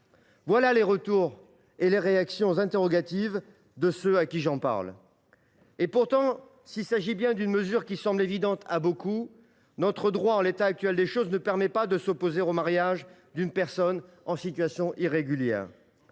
sont les retours et les réactions interrogatives de ceux à qui j’en parle. Pourtant, si cette mesure semble évidente à beaucoup, notre droit, en l’état, ne permet pas de s’opposer au mariage d’une personne en situation irrégulière